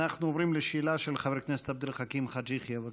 אנחנו עוברים לשאלה של חברת הכנסת עבד אל חכים חאג' יחיא.